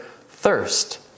thirst